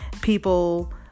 people